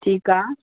ठीकु आहे